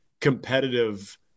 competitive